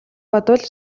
бодвол